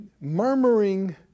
Murmuring